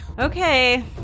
Okay